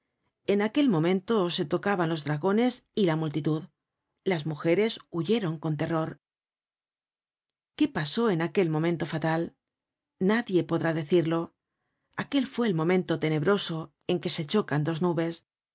en aquel momento se tocaban los dragones y la multitud las mujeres huyeron con terror qué pasó en aquel momento fatal nadie podrá decirlo aquel fue el momento tenebroso en que se chocan dos nubes